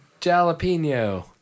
jalapeno